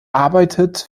arbeitet